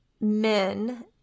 men